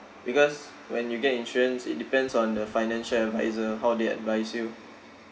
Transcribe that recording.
because when you get insurance it depends on the financial advisor how they advise you